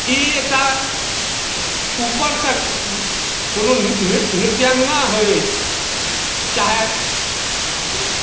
ई एकटा उपरसँ कोनो नृ नृ नृत्याङ्गना होइ चाहे